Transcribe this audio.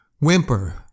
whimper